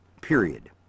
Period